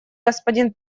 господин